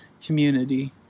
community